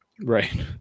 Right